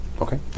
Okay